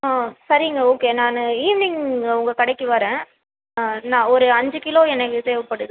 ஆ சரிங்க ஓகே நான் ஈவ்னிங் உங்கள் கடைக்கு வரேன் ஆ நான் ஒரு அஞ்சு கிலோ எனக்கு தேவைப்படுது